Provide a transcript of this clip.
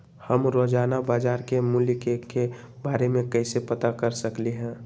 हम रोजाना बाजार के मूल्य के के बारे में कैसे पता कर सकली ह?